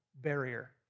barrier